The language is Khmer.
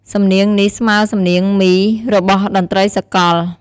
សំនៀងនេះស្មើសំនៀងមី របស់តន្ដ្រីសាកល។